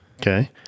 Okay